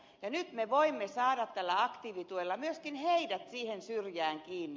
nyt me voimme saada tällä aktiivituella myöskin heidät siihen se jää niin